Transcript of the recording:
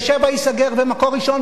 "בשבע" ייסגר ו"מקור ראשון",